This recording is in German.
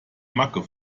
macke